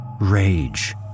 rage